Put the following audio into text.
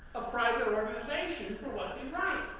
a private organization for what they write.